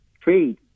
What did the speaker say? trade